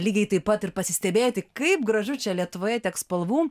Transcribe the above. lygiai taip pat ir pasistebėti kaip gražu čia lietuvoje tiek spalvų